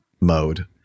mode